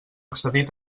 excedir